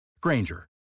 Granger